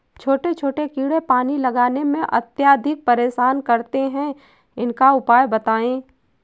छोटे छोटे कीड़े पानी लगाने में अत्याधिक परेशान करते हैं इनका उपाय बताएं?